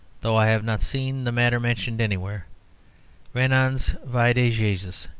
though i have not seen the matter mentioned anywhere renan's vie de jesus.